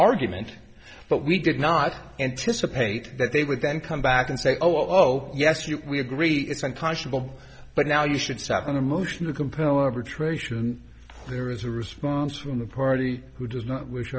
argument but we did not anticipate that they would then come back and say oh yes you we agree it's unconscionable but now you should stop on a motion to compel arbitration there is a response from the party who does not w